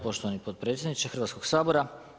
Poštovani potpredsjedniče Hrvatskog sabora.